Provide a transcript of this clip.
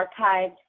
archived